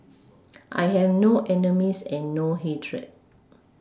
I have no enemies and no hatred